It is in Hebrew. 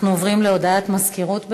אנחנו עוברים להודעת המזכירות.